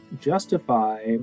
justify